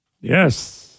Yes